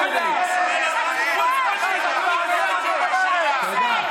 חוצפנית, נא לשבת, תודה.